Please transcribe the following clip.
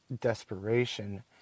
desperation